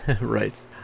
right